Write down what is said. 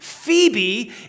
Phoebe